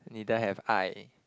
neither have I